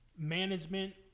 management